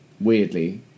weirdly